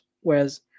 whereas